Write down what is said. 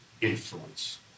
influence